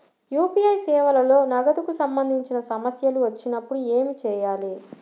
UPI సేవలలో నగదుకు సంబంధించిన సమస్యలు వచ్చినప్పుడు ఏమి చేయాలి?